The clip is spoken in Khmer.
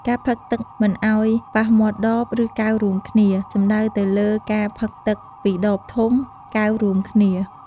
ការផឹកទឹកមិនឱ្យប៉ះមាត់ដបឫកែវរួមគ្នា សំដៅទៅលើការផឹកទឹកពីដបធំ កែវរួមគ្នា។